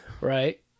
Right